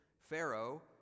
Pharaoh